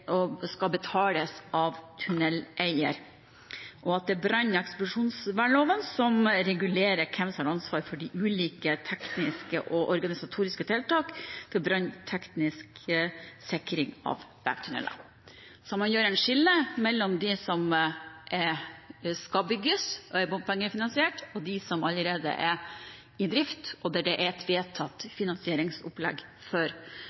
brannvesenet, skal betales av tunneleier, og det er brann- og eksplosjonsvernloven som regulerer hvem som har ansvar for de ulike tekniske og organisatoriske tiltak for brannteknisk sikring av vegtunneler. Man gjør et skille mellom de som skal bygges og er bompengefinansiert, og de som allerede er i drift, og som det er et